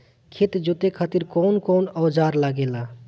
खेत जोते खातीर कउन कउन औजार लागेला?